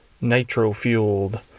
Nitro-Fueled